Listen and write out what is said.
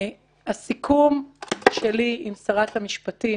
הסיכום שלי עם שרת המשפטים